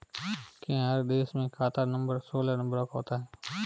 क्या हर देश में खाता नंबर सोलह नंबरों का होता है?